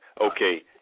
Okay